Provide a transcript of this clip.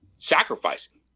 sacrificing